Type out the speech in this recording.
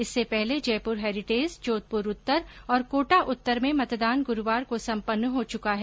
इससे पहले जयपुर हैरिटेज जोधपुर उत्तर और कोटा उत्तर में मतदान गुरूवार को संपन्न हो चुका है